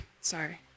Sorry